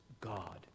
God